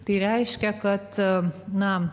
tai reiškia kad na